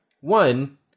one